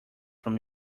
from